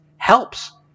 helps